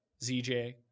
ZJ